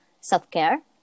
self-care